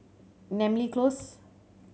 Namly Close